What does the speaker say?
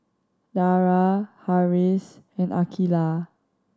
Dara Harris and Aqilah